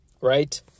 Right